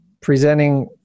presenting